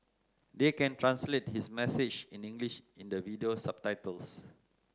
they can translate his message in English in the video subtitles